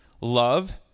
love